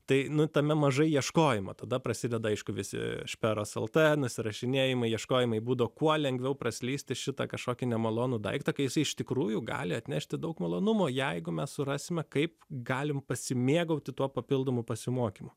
tai nu tame mažai ieškojimo tada prasideda aišku visi šperos lt susirašinėjimai ieškojimai būdo kuo lengviau praslysti šitą kažkokį nemalonų daiktą ką jisai iš tikrųjų gali atnešti daug malonumo jeigu mes surasime kaip galime pasimėgauti tuo papildomu pasimokymo